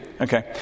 Okay